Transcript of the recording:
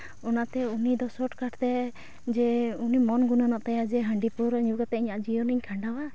ᱚᱱᱟᱛᱮ ᱩᱱᱤ ᱫᱚ ᱥᱚᱴ ᱠᱟᱴ ᱛᱮ ᱡᱮ ᱩᱱᱤ ᱢᱚᱱ ᱜᱩᱱᱟᱹᱱᱚᱜ ᱛᱟᱭᱟ ᱡᱮ ᱩᱱᱤ ᱦᱟᱺᱰᱤ ᱯᱟᱹᱣᱨᱟᱹ ᱧᱩ ᱠᱟᱛᱮᱫ ᱤᱧᱟᱹᱜ ᱡᱤᱭᱚᱱᱤᱧ ᱠᱷᱟᱸᱰᱟᱣᱟ